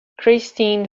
christine